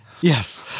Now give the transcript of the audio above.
Yes